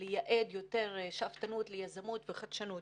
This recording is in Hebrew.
לייעד יותר שאפתנות ליזמות וחדשנות